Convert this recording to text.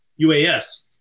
UAS